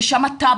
יש שם טאבו.